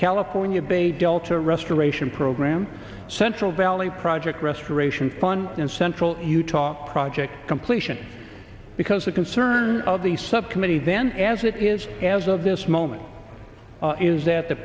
california based delta restoration program central valley project restoration fun in central utah project completion because of concern of the subcommittee then as it is as of this moment is that the